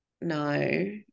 no